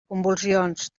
convulsions